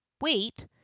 wait